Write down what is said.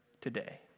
today